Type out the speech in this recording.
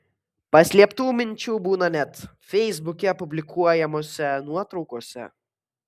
paslėptų minčių būna net feisbuke publikuojamose nuotraukose